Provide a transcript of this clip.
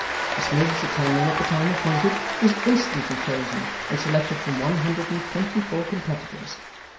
miss miggs attending at the time appointed, was instantly chosen and selected from one hundred and twenty-four competitors,